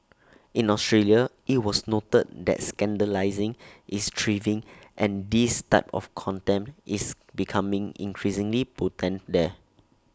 in Australia IT was noted that scandalising is thriving and this type of contempt is becoming increasingly potent there